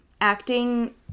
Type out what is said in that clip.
acting